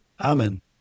Amen